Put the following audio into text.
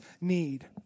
need